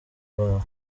babo